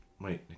Wait